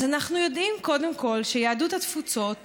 אז אנחנו יודעים קודם כול שיהדות התפוצות